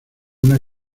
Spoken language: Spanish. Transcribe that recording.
una